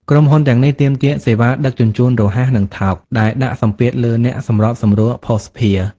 ក្រុមហ៊ុនទាំងនេះទាមទារសេវាដឹកជញ្ជូនរហ័ស និងថោក ដែលដាក់សម្ពាធលើអ្នកសម្របសម្រួលភស្តុភារ។